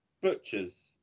butchers